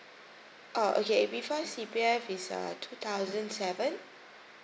oh okay before C_P_F it's uh two thousand seven